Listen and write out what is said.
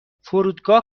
فرودگاه